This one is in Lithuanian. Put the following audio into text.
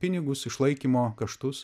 pinigus išlaikymo kaštus